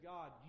God